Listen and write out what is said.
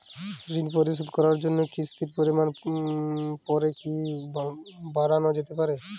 ঋন পরিশোধ করার জন্য কিসতির পরিমান পরে কি বারানো যেতে পারে?